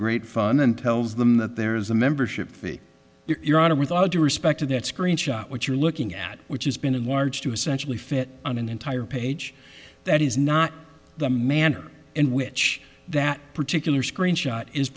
great fun and tells them that there is a membership fee you're out of with all due respect to that screenshot what you're looking at which has been enlarged to essentially fit on an entire page that is not the manner in which that particular screenshot is